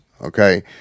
Okay